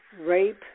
rape